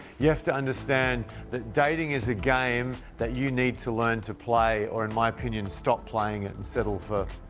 you have to understand that dating is a game that you need to learn to play or in my opinion stop playing it and settle for